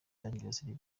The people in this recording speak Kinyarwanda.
serivisi